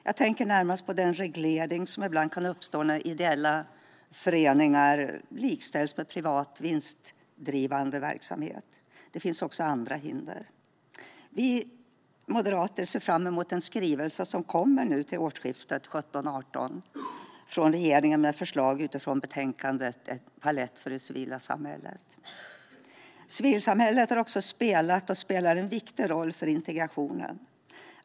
Jag tänker närmast på den reglering som ibland kan uppstå när ideella föreningar likställs med privat vinstdrivande verksamhet. Det finns också andra hinder. Vi moderater ser fram emot den skrivelse från regeringen som kommer till årsskiftet 2017/18 med förslag utifrån betänkandet Palett för ett stärkt civilsamhälle . Civilsamhället har också spelat och spelar en viktig roll för integrationen.